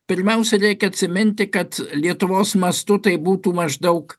pirmiausia reikia atsiminti kad lietuvos mastu tai būtų maždaug